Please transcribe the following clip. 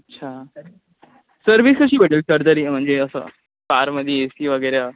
अच्छा सर्विस कशी भेटेल सर तरी म्हणजे असं कारमध्ये ए सी वगैरे